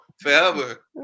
Forever